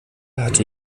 hatte